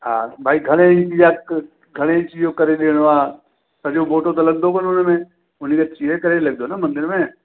हा भई घणे इंच जा क घणे इंच जो करे ॾियणो आहे सॼो बोटो त लॻदो कोने हुन में उनी खे चीरे करे ई लॻदो न मंदर में